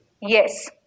yes